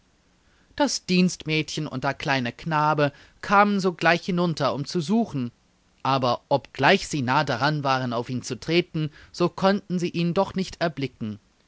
das dienstmädchen und der kleine knabe kamen sogleich hinunter um zu suchen aber obgleich sie nahe daran waren auf ihn zu treten so konnten sie ihn doch nicht erblicken